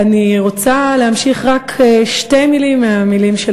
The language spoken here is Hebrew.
אני רוצה להמשיך רק שתי מילים מהמילים של